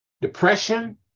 depression